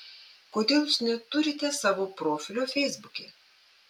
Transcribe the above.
kodėl jūs neturite savo profilio feisbuke